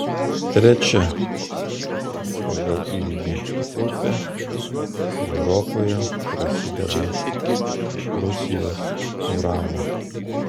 trečia pagal ilgį upė europoje prasideda rusijos uralo